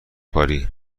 کاری